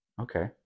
Okay